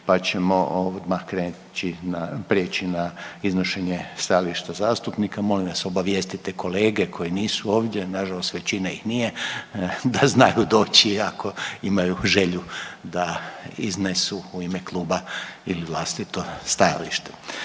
pa ćemo odmah prijeći na iznošenje stajališta zastupnika. Molim vas obavijestite kolege koji nisu ovdje, nažalost većina ih nije, da znaju doći i ako imaju želju da iznesu u ime kluba ili vlastito stajalište.